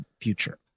future